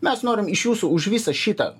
mes norim iš jūsų už visą šitą